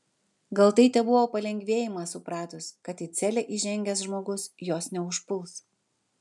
gal tai tebuvo palengvėjimas supratus kad į celę įžengęs žmogus jos neužpuls